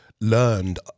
learned